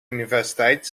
universiteit